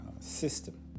system